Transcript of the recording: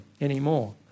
anymore